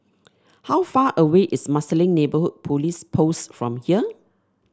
how far away is Marsiling Neighbourhood Police Post from here